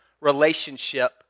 relationship